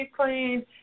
clean